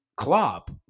Klopp